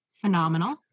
Phenomenal